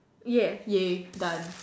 yes ya done